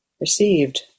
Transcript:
received